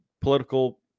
political